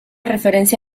referencia